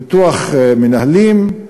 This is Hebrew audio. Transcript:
ביטוח מנהלים,